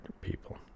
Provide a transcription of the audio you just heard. people